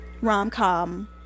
rom-com